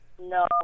No